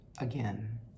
again